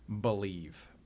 believe